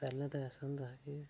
पैह्लें ते ऐसा होंदा हा कि